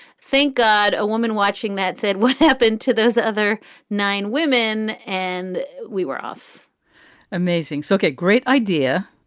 thank god, a woman watching that said what happened to those other nine women? and we were off amazing. so okay, great idea.